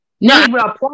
no